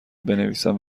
بنویسم